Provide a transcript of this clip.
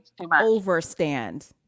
overstand